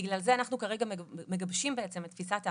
בגלל זה אנחנו מגבשים כרגע את תפיסת ההפעלה: